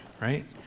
right